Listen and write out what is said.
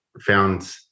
found